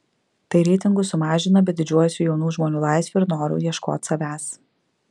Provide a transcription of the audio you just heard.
tai reitingus sumažino bet didžiuojuosi jaunų žmonių laisve ir noru ieškot savęs